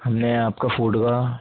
ہم نے آپ کا فوڈ کا